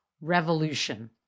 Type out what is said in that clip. revolution